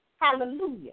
Hallelujah